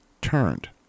turned